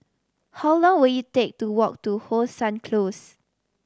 how long will it take to walk to How Sun Close